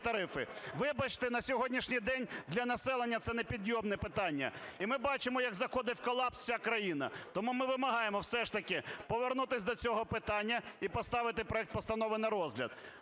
Вибачте, на сьогоднішній день для населення це непідйомне питання, і ми бачимо, як заходить в колапс вся країна. Тому ми вимагаємо все ж таки повернутися до цього питання і поставити проект постанови на розгляд.